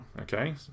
okay